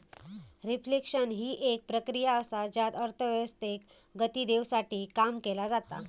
reflection हि एक प्रक्रिया असा ज्यात अर्थव्यवस्थेक गती देवसाठी काम केला जाता